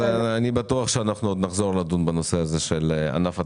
אני בטוח שאנחנו עוד נחזור לדון בנושא הזה של ענף התבלינים.